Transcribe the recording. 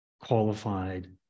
qualified